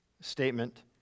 statement